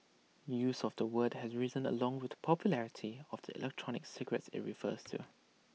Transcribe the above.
use of the word has risen along with the popularity of the electronic cigarettes IT refers to